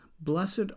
Blessed